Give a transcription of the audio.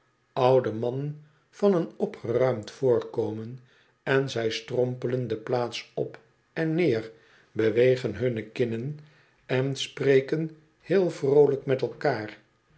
oude mannen van oen opgeruimd voorkomen en zij strompelen de plaats op en neer bewegen hunne kinnen en spreken heel vroolijk met elkaar